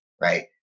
right